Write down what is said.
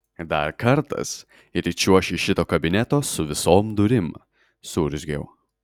dar kartas ir čiuoši iš šito kabineto su visom durim suurzgiau